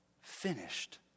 finished